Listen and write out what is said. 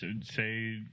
Say